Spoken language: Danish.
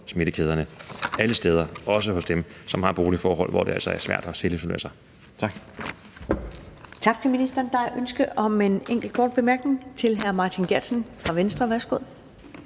smittekæderne alle steder, også hos dem, som har boligforhold, hvor det altså er svært at selvisolere sig. Tak.